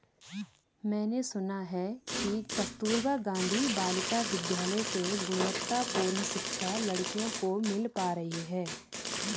मैंने सुना है कि कस्तूरबा गांधी बालिका विद्यालय से गुणवत्तापूर्ण शिक्षा लड़कियों को मिल पा रही है